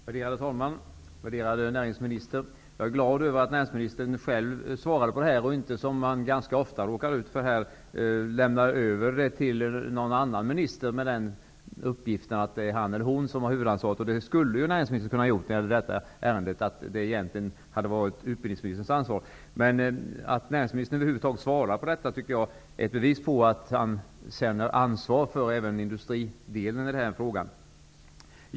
Värderade talman! Värderade näringsminister! Jag är glad över att näringsministern själv svarar på min fråga och inte, som man ganska ofta råkar ut för, lämnar över den till någon annan minister med uppgift om att han eller hon har huvudansvaret. När det gäller detta ärende kunde näringsministern egentligen ha hävdat att det är utbildningsministerns ansvar. Att näringsministern över huvud taget svarar är ett bevis på att han känner ansvar även för industridelen i min fråga.